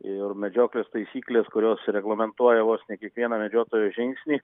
ir medžioklės taisyklės kurios reglamentuoja vos ne kiekvieną medžiotojo žingsnį